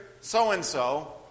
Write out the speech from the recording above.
so-and-so